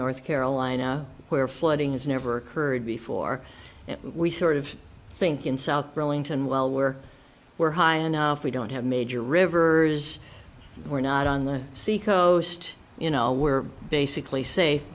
north carolina where flooding has never heard before we sort of think in south burlington well where we're high enough we don't have major rivers we're not on the sea coast you know we're basically sa